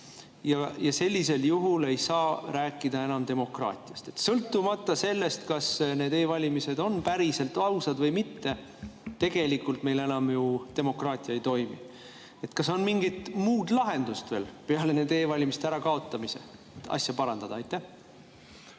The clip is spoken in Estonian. Sellisel juhul ei saa enam rääkida demokraatiast. Sõltumata sellest, kas need e‑valimised on päriselt ausad või mitte, tegelikult meil demokraatia enam ju ei toimi. Kas on mingit muud lahendust veel peale nende e‑valimiste ärakaotamise, et asja parandada? Aitäh,